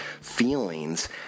feelings